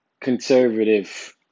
conservative